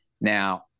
Now